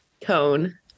cone